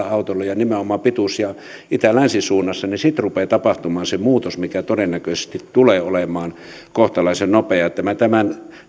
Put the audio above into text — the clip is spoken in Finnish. autolla ja nimenomaan pituus ja itä länsisuunnassa niin sitten rupeaa tapahtumaan muutos mikä todennäköisesti tulee olemaan kohtalaisen nopeaa tämän